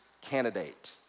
candidate